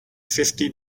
fifty